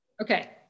Okay